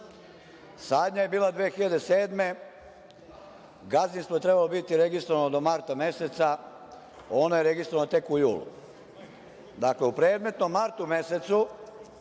je bila 2007. godine, gazdinstvo je trebalo biti registrovano do marta meseca, ono je registrovano tek u julu. Dakle, u predmetnom martu mesecu